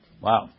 Wow